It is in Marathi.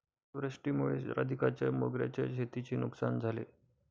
अतिवृष्टीमुळे राधिकाच्या मोगऱ्याच्या शेतीची नुकसान झाले